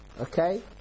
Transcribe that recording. okay